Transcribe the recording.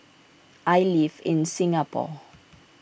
I live in Singapore